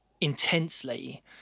intensely